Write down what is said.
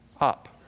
up